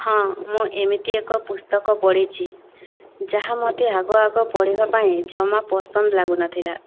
ହଁ ମୁଁ ଏମିତି ଏକ ପୁସ୍ତକ ପଢ଼ିଛି ଯାହା ମୋତେ ଆଗ ଆଗ ପଢ଼ିବା ପାଇଁ ଜମା ପସନ୍ଦ ଲାଗୁନଥିଲା